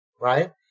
right